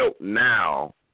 now